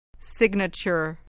Signature